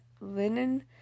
linen